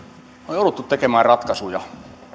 on jouduttu tekemään ratkaisuja